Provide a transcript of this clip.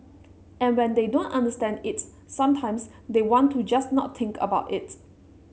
and when they don't understand it sometimes they want to just not think about it